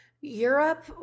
Europe